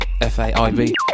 f-a-i-b